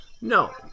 No